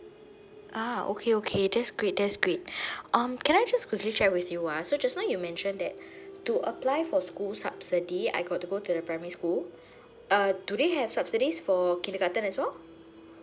ah okay okay that's great that's great um can I just quickly share with you ah so just now you mentioned that to apply for school subsidy I got to go to the primary school uh do they have subsidies for kindergarten as well